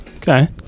Okay